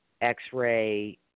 x-ray